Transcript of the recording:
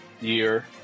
year